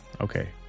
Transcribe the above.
okay